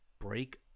break